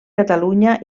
catalunya